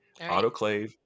autoclave